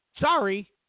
Sorry